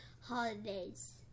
holidays